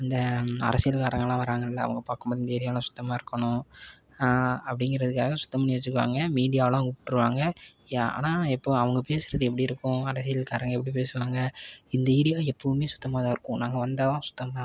அந்த அரசியல் காரங்கள்லாம் வர்றாங்கள்ல அவங்க பார்க்கும்போது இந்த ஏரியாவெலாம் சுத்தமாக இருக்கணும் அப்படிங்கிறதுக்காக சுத்தம்பண்ணி வச்சிக்குவாங்க மீடியாவெலாம் விட்டிருவாங்க ஆனால் இப்போது அவங்க பேசுகிறது எப்படி இருக்கும் அரசியல்காரங்க எப்படி பேசுவாங்க இந்த ஏரியா எப்பவுமே சுத்தமாகதான் இருக்கும் நாங்கள் வந்தால் சுத்தமாக